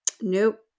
nope